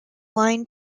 line